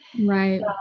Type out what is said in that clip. Right